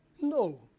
No